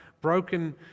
broken